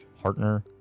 partner